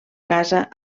casa